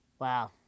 Wow